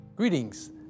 Greetings